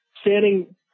standing